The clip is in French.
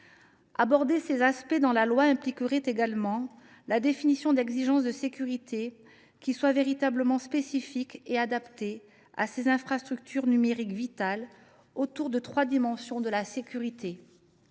Aborder ces aspects dans la loi impliquerait également la définition d’exigences de sécurité qui soient véritablement spécifiques et adaptées à ces infrastructures numériques vitales, autour de trois dimensions de la sécurité